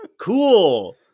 cool